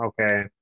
Okay